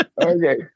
okay